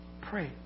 pray